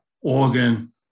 organ